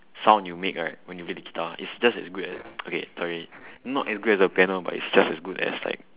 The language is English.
sound you make right when you play the guitar it's just as good as okay sorry not as good as the piano but it's just as good as like